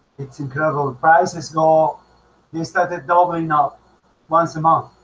it's incredible prices go they started doubling now once a month